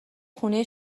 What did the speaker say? خونه